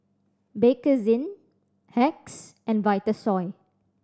Bakerzin Hacks and Vitasoy